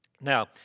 Now